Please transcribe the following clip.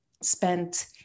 spent